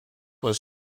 was